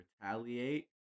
retaliate